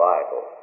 Bible